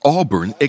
Auburn